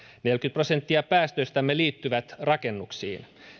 neljäkymmentä prosenttia päästöistämme liittyy rakennuksin